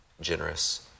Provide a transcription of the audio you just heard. generous